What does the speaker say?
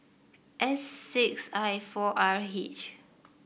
S six I four R H